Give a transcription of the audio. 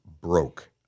broke